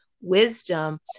wisdom